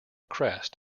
crest